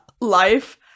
life